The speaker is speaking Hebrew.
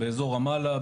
באזור רמאללה,